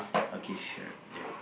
okay sure ya